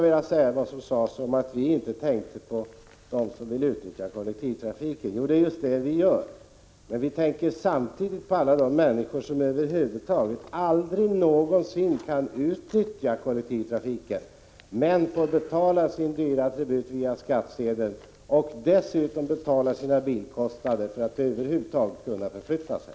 Det sades att vi inte tänkte på dem som vill utnyttja kollektivtrafiken. Jo, det är just det som vi gör. Men vi tänker samtidigt på alla de människor som aldrig någonsin kan utnyttja kollektivtrafiken men får betala sin dyra tribut via skattsedeln — och dessutom får betala sina bilkostnader för att över huvud taget kunna förflytta sig.